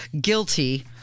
guilty